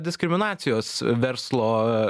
diskriminacijos verslo